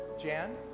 Jan